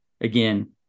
again